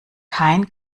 kein